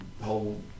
whole